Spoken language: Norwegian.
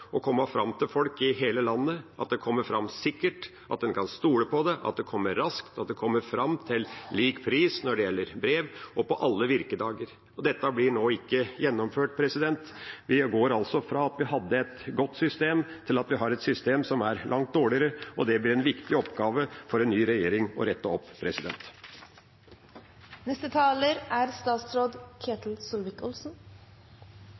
å komme fram til folk i hele landet, at det kommer fram sikkert, at en kan stole på det, at det kommer raskt, at det kommer fram til lik pris når det gjelder brev, og på alle virkedager. Dette blir nå ikke gjennomført. Vi går altså fra at vi hadde et godt system, til at vi har et system som er langt dårligere, og det blir en viktig oppgave for en ny regjering å rette opp.